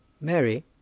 Mary